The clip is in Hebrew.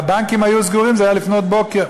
והבנקים היו סגורים, זה היה לפנות בוקר.